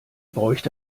bräuchte